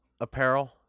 apparel